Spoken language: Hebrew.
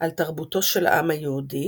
על תרבותו של העם היהודי